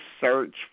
search